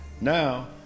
Now